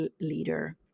leader